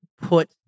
put